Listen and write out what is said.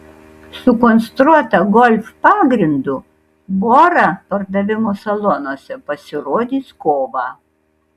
sukonstruota golf pagrindu bora pardavimo salonuose pasirodys kovą